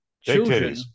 children